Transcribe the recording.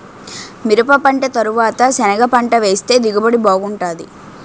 మిరపపంట తరవాత సెనగపంట వేస్తె దిగుబడి బాగుంటాది